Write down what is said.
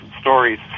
stories